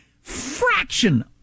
fraction